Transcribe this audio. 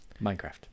Minecraft